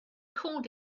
called